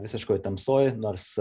visiškoj tamsoj nors